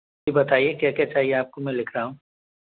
जी बताइए क्या क्या चाहिए आपको मैं लिख रहा हूँ